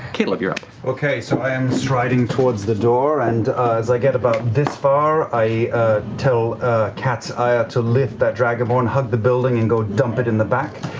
caleb, you're up. liam okay. so i am striding towards the door and as i get about this far, i tell cat's ire to lift that dragonborn, hug the building and go dump it in the back.